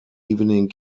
evening